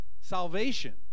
Salvation